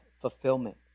fulfillment